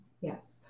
Yes